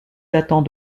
datant